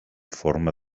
forma